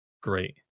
great